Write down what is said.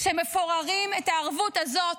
כשמפוררים את הערבות הזאת,